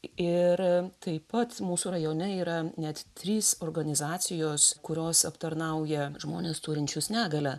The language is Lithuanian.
ir taip pat mūsų rajone yra net trys organizacijos kurios aptarnauja žmones turinčius negalią